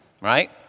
right